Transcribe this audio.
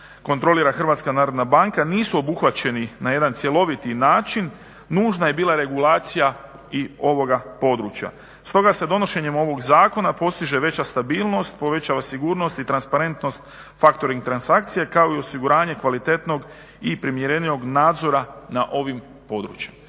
kontrolira HNB nisu obuhvaćeni na jedan cjeloviti način, nužna je bila regulacija i ovoga područja. Stoga se donošenjem ovoga zakona postiže veća stabilnost, povećava sigurnost i transparentnost factoring transakcija kao i osiguranje kvalitetnog i primjerenijeg nadzora na ovim područjima.